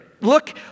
Look